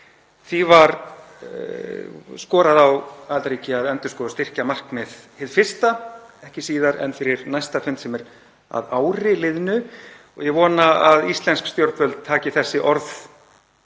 Því var skorað á aðildarríki að endurskoða og styrkja markmiðin hið fyrsta, ekki síðar en fyrir næsta fund sem er að ári liðnu. Ég vona að íslensk stjórnvöld taki þessi orð